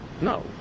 no